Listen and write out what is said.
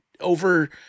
over